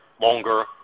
longer